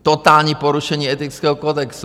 Totální porušení etického kodexu.